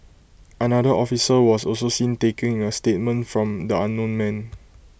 another officer was also seen taking A statement from the unknown man